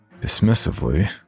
dismissively